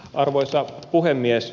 arvoisa puhemies